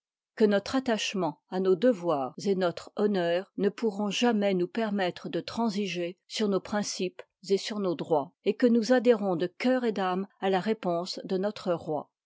que notre attachement a nos devoirs et notre honneur ne pourront jamais nous permettre de transiger sur nos principes et sur nos droits et que nous adhérons de cœur et d'âme à la réponse de notre roi